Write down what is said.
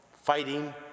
Fighting